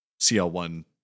CL1